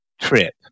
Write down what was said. trip